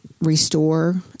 restore